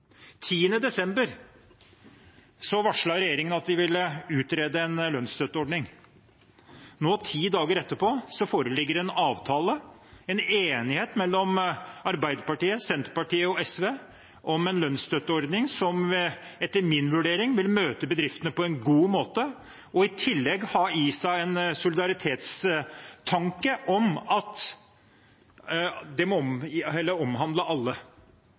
regjeringen at den ville utrede en lønnsstøtteordning. Nå, ti dager etterpå, foreligger det en avtale, en enighet mellom Arbeiderpartiet, Senterpartiet og SV om en lønnsstøtteordning som etter min vurdering vil møte bedriftene på en god måte, og i tillegg ha i seg en solidaritetstanke om at det må omhandle alle.